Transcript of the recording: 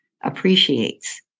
appreciates